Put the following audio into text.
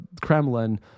Kremlin